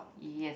yes